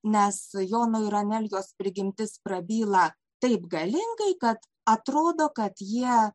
nes jono ir anelijos prigimtis prabyla taip galingai kad atrodo kad jie